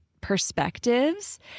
perspectives